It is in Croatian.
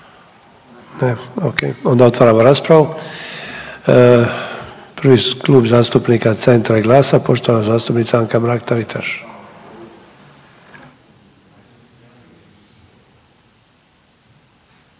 Ne, okej. Onda otvaram raspravu, prvi Klub zastupnika Centra i GLAS-a, poštovana zastupnica Anka-Mrak Taritaš.